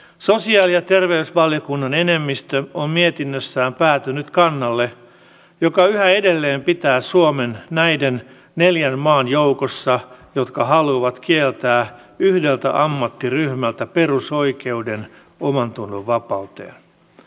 sosiaali ja terveysvaliokunnan enemmistö on mietinnössään päätynyt kannalle joka yhä edelleen pitää suomen näiden neljän maan joukossa jotka haluavat kieltää yhdeltä ammattiryhmältä perusoikeuden omantunnonvapauteen